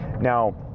Now